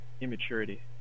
immaturity